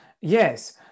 Yes